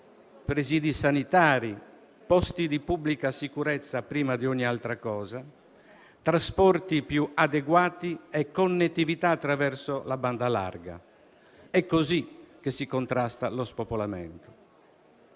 presidi sanitari, posti di pubblica sicurezza, prima di ogni altra cosa), per trasporti più adeguati e connettività attraverso la banda larga. È così che si contrasta lo spopolamento.